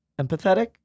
empathetic